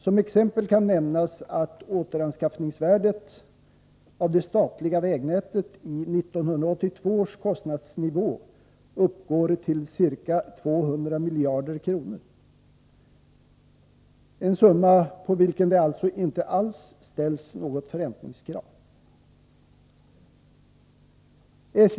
Som exempel kan nämnas att återanskaffningsvärdet när det gäller det statliga vägnätet i 1982 års kostnadsnivå uppgår till ca 200 miljarder kronor, en summa på vilken det alltså inte ställs något förräntningskrav alls.